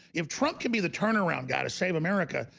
if trump can be the turnaround guy to save america.